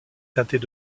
teintées